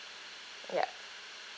yup